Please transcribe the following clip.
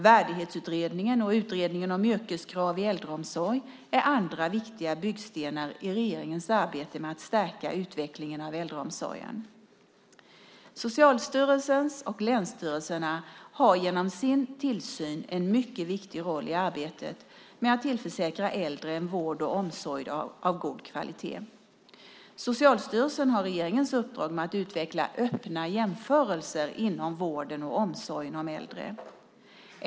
Värdighetsutredningen och utredningen om yrkeskrav i äldreomsorg är andra viktiga byggstenar i regeringens arbete med att stärka utvecklingen av äldreomsorgen. Socialstyrelsen och länsstyrelserna har genom sin tillsyn en mycket viktig roll i arbetet med att tillförsäkra äldre en vård och omsorg av god kvalitet. Socialstyrelsen har regeringens uppdrag att utveckla öppna jämförelser inom vården och omsorgen av äldre.